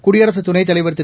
குடியரசுத்துணைத் தலைவர் திரு